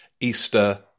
Easter